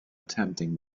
attempting